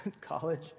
college